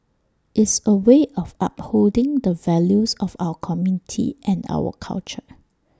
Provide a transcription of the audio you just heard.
is A way of upholding the values of our community and our culture